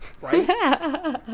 right